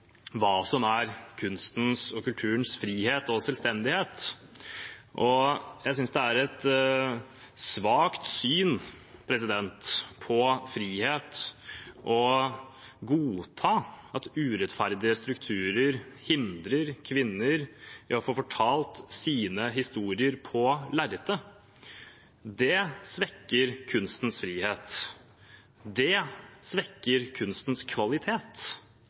hva som er kunstens og kulturens frihet og selvstendighet. Jeg synes det er et svakt syn på frihet å godta at urettferdige strukturer hindrer kvinner i å få fortalt sine historier på lerretet. Det svekker kunstens frihet. Det svekker kunstens kvalitet.